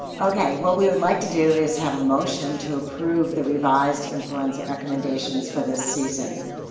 okay, what we would like to do is have a motion to approve the revised influenza recommendations for this season,